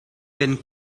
werden